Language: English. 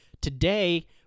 today